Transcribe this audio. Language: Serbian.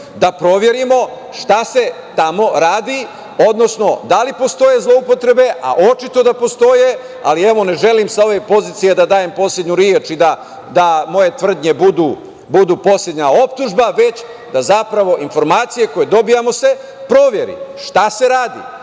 da proverimo šta se tamo radi, odnosno da li postoje zloupotrebe, a očito da postoje, ali ne želim sa ove pozicije da dajem poslednju reč i da moje tvrdnje budu poslednja optužba, već zapravo da se informacije koje dobijamo provere. Šta se radi,